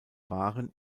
waren